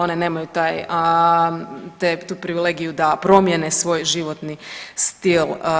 One nemaju taj, tu privilegiju da promjene svoj životni stil.